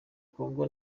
kongo